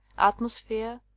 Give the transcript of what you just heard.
atmosphere,